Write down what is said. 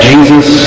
Jesus